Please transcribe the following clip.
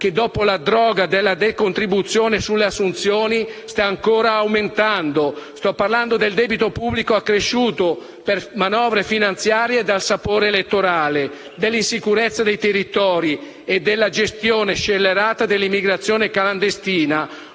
che dopo la deroga della decontribuzione sulle assunzioni sta ancora aumentando. Sto parlando del debito pubblico accresciuto per manovre finanziarie dal sapore elettorale, dell'insicurezza dei territori e della gestione scellerata dell'immigrazione clandestina;